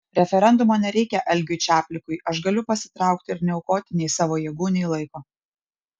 referendumo nereikia algiui čaplikui aš galiu pasitraukti ir neaukoti nei savo jėgų nei laiko